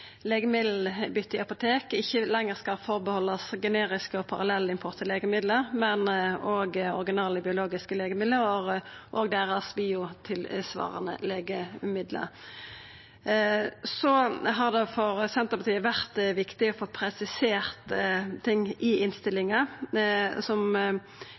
i apotek ikkje lenger skal vera reservert generiske og parallellimporterte legemiddel, men òg originale biologiske legemiddel og deira biotilsvarande legemiddel. Det har for Senterpartiet vore viktig å få presisert ting i